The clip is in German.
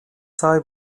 sei